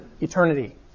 eternity